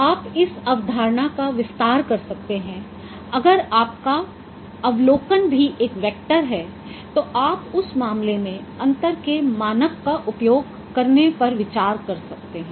आप इस अवधारणा का विस्तार कर सकते हैं अगर आपका अवलोकन भी एक वेक्टर है तो आप उस मामले में अंतर के मानक का उपयोग करने पर विचार कर सकते हैं